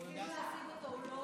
ניסינו להשיג אותו.